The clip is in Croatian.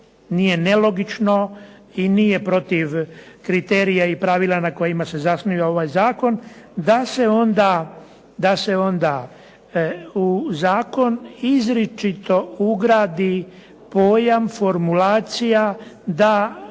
nije nelogično i nije protiv kriterija i pravila na kojima se zasniva ovaj Zakon, da se onda u Zakon izričito ugradi pojam formulacija, da